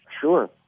Sure